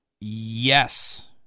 yes